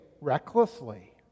recklessly